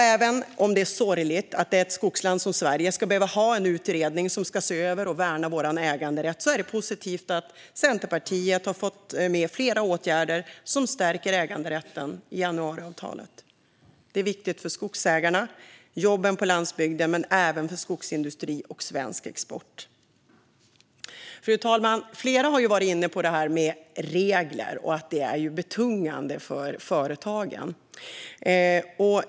Även om det är sorgligt att ett skogsland som Sverige ska behöva ha en utredning som ska se över och värna vår äganderätt är det positivt att Centerpartiet har fått med flera åtgärder som stärker äganderätten i januariavtalet. Det är viktigt för skogsägarna, för jobben på landsbygden men även för skogsindustri och svensk export. Fru talman! Flera har varit inne på detta med regler och att de är betungande för företagen.